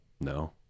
No